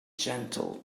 gentle